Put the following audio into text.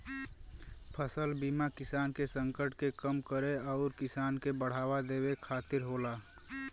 फसल बीमा किसान के संकट के कम करे आउर किसान के बढ़ावा देवे खातिर होला